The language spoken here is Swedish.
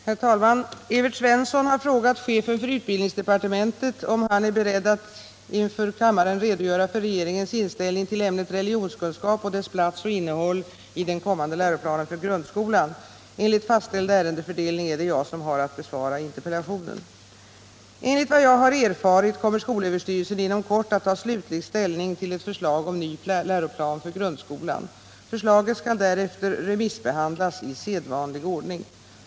Herr talman! Evert Svensson har frågat chefen för utbildningsdepartementet om han är beredd att inför kammaren redogöra för regeringens inställning till ämnet religionskunskap och dess plats och innehåll i den kommande läroplanen för grundskolan. Enligt fastställd ärendefördelning är det jag som har att besvara interpellationen. Enligt vad jag har erfarit kommer skolöverstyrelsen inom kort att ta slutlig ställning till ett förslag om ny läroplan för grundskolan. Förslaget skall därefter remissbehandlas i sedvanlig ordning.